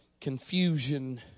confusion